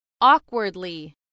Awkwardly